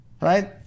Right